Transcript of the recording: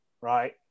right